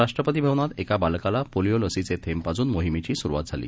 राष्ट्रपतीभवनातएकाबालकालापोलिओलसीचेथेंबपाजूनमोहिमेचीसुरुवातझाली